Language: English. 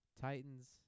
Titans